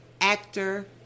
actor